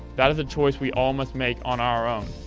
that is a choice we all must make on our own.